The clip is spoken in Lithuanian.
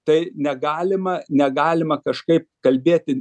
tai negalima negalima kažkaip kalbėti